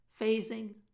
phasing